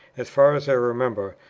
as far as i remember,